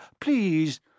please